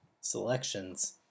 selections